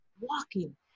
walking